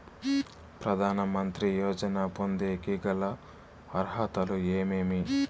ప్రధాన మంత్రి యోజన పొందేకి గల అర్హతలు ఏమేమి?